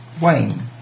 Wayne